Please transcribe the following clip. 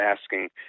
asking